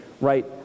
right